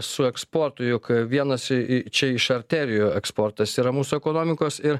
su eksportu juk vienas i i čia iš arterijų eksportas yra mūsų ekonomikos ir